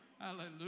Hallelujah